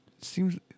seems